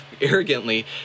arrogantly